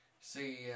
See